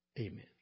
Amen